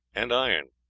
and iron.